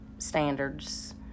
standards